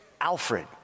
Alfred